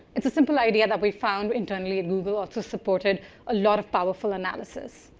it's a simple idea that we found internally at google. also supported a lot of powerful analysis.